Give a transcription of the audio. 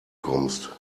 kommst